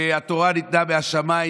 והתורה ניתנה מהשמיים,